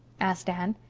asked anne.